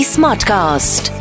Smartcast